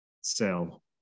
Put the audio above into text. sell